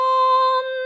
on